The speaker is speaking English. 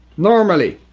normally,